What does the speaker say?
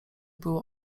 było